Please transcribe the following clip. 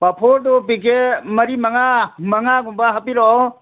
ꯄꯥꯐꯣꯔꯗꯨ ꯄꯤꯀꯦꯠ ꯃꯔꯤ ꯃꯉꯥ ꯃꯉꯥꯒꯨꯝꯕ ꯍꯥꯏꯄꯤꯔꯛꯑꯣ